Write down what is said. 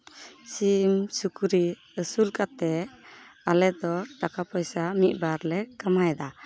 ᱥᱤᱢ ᱥᱩᱠᱨᱤ ᱟᱹᱥᱩᱞ ᱠᱟᱛᱮᱫ ᱟᱞᱮ ᱫᱚ ᱴᱟᱠᱟ ᱯᱚᱭᱥᱟ ᱢᱤᱫ ᱵᱟᱨ ᱞᱮ ᱠᱟᱢᱟᱣᱮᱫᱟ